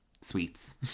sweets